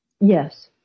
Yes